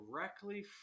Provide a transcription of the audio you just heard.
directly